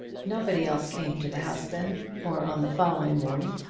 nobody else came to the house then, or on the following morning,